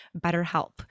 BetterHelp